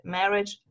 marriage